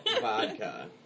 vodka